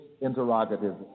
interrogative